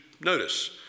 notice